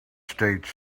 state